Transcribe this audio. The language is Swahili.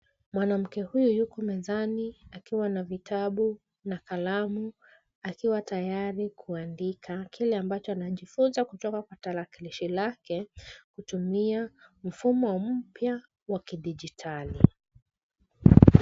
Mwanake huyu yuko mezani, akiwa na vitabu na kalamu akiwa tayari kuandika kile ambacho anajifunza kutoka kwa tarakilishi lake kutumia mfumo mpya wa kidijitali .